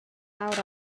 awr